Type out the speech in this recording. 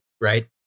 right